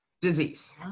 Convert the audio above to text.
disease